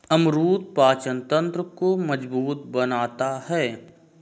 अमरूद पाचन तंत्र को मजबूत बनाता है